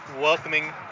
welcoming